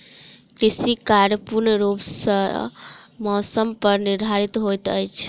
कृषि कार्य पूर्ण रूप सँ मौसम पर निर्धारित होइत अछि